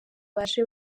baje